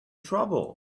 trouble